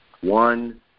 one